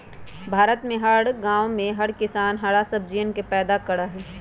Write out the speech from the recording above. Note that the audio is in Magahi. भारत में हर गांव में हर किसान हरा सब्जियन के पैदा करा हई